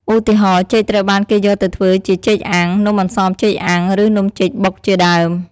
ឧទាហរណ៍ ចេកត្រូវបានគេយកទៅធ្វើជាចេកអាំង នំអន្សមចេកអាំង ឬនំចេកបុកជាដើម។